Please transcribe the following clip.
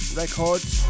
records